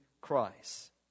Christ